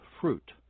fruit